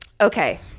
Okay